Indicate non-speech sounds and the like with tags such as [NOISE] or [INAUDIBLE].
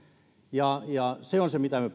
ja ja se on se mitä me [UNINTELLIGIBLE]